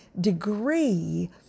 degree